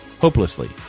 hopelessly